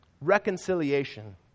Reconciliation